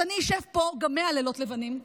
אז אני אשב פה גם 100 לילות לבנים,